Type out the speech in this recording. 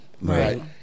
right